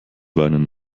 weinen